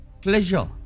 Pleasure